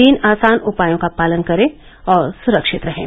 तीन आसान उपायों का पालन करें और सुरक्षित रहें